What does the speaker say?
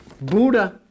Buddha